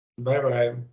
Bye-bye